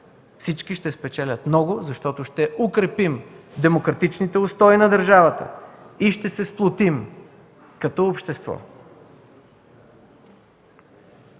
всички ще спечелят много, защото ще укрепим демократичните устои на държавата и ще се сплотим като общество.